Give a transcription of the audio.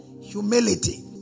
Humility